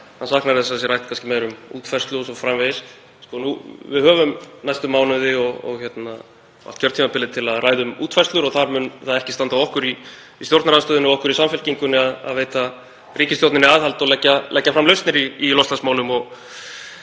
hann sakni þess að það sé rætt kannski meira um útfærslu o.s.frv. Við höfum næstu mánuði og allt kjörtímabilið til að ræða um útfærslur og það mun ekki standa á okkur í stjórnarandstöðunni og okkur í Samfylkingunni að veita ríkisstjórninni aðhald og leggja fram lausnir í loftslagsmálum.